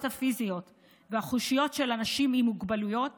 הפיזיות והחושיות של אנשים עם מוגבלויות